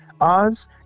Oz